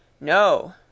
No